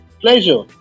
pleasure